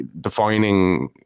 defining